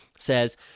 Says